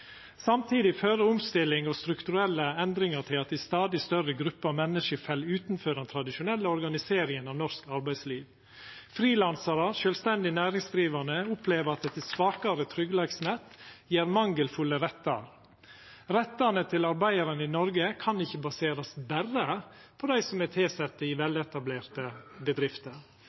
Samtidig fører omstilling og strukturelle endringar til at ei stadig større gruppe av menneske fell utanfor den tradisjonelle organiseringa av norsk arbeidsliv. Frilansarar og sjølvstendig næringsdrivande opplever at eit svakare tryggleiksnett gjev mangelfulle rettar. Rettane til arbeidarane i Noreg kan ikkje berre verta baserte på dei som er tilsette i veletablerte bedrifter.